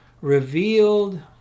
revealed